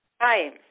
Hi